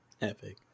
Epic